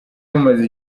bumaze